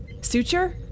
Suture